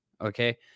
Okay